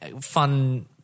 fun